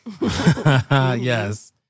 Yes